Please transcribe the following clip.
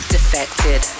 Defected